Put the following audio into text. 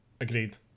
Agreed